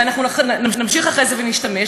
ואנחנו נמשיך אחרי זה ונשתמש,